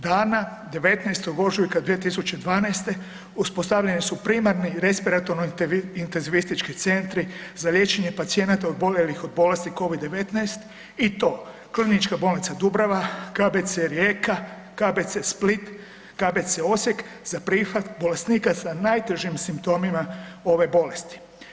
Dana 19. ožujka 2012. uspostavljeni su primarni respiratorno intenzivistički centri za liječenje pacijenata oboljelih od bolesti Covid-19 i to KB Dubrava, KBC Rijeka, KBC Split, KBC Osijek za prihvat bolesnika sa najtežim simptomima ove bolesti.